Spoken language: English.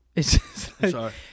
sorry